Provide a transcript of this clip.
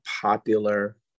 popular